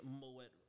Moet